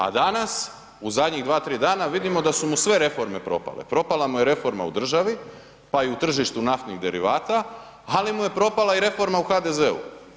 A danas, u zadnjih 2,3 dana vidimo da su mu sve reforme propale, propala mu je reforma u državi, pa i u tržištu naftnih derivata, ali mu je propala i reforma u HDZ-u.